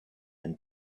and